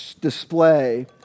display